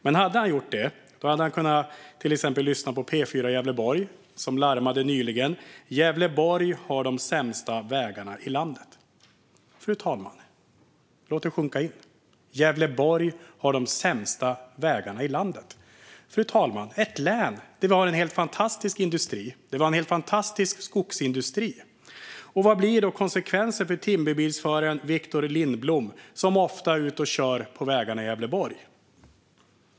Men hade han gjort det hade han till exempel kunnat lyssna på P4 Gävleborg, som nyligen larmade: Gävleborg har de sämsta vägarna i landet. Låt det sjunka in, fru talman! Fru talman! Det är ett län där vi har en helt fantastisk industri, där vi har en helt fantastisk skogsindustri. Vad blir då konsekvenserna för timmerbilsföraren Viktor Lindblom, som ofta är ute och kör på vägarna i Gävleborg?